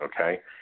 Okay